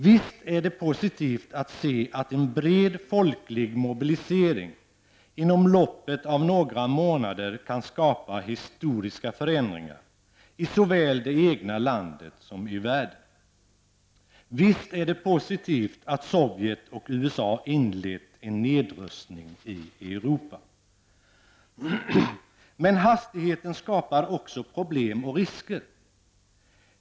Visst är det positivt att vi ser att en bred folklig mobilisering inom loppet av några månader kan skapa historiska förändringar i såväl det egna landet som i världen. Visst är det positivt att Sovjet och USA inlett en nedrustning i Europa. Men hastigheten skapar också problem och risker.